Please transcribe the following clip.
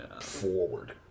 forward